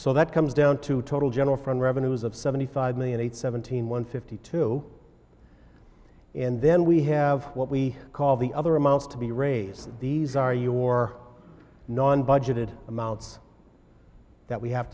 so that comes down to total general from revenues of seventy five million eight seventeen one fifty two and then we have what we call the other amounts to be raised these are your non budgeted amounts that we have